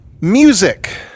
Music